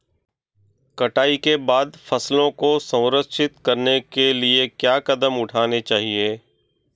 कटाई के बाद फसलों को संरक्षित करने के लिए क्या कदम उठाने चाहिए?